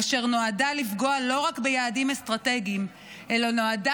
אשר נועדה לפגוע לא רק ביעדים אסטרטגיים אלא נועדה